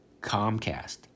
Comcast